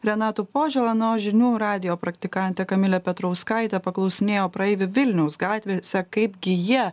renatu požėla na o žinių radijo praktikantė kamilė petrauskaitė paklausinėjo praeivių vilniaus gatvėse kaipgi jie